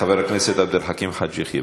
חבר הכנסת עבד אל חכים חאג' יחיא,